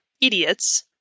idiots